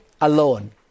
alone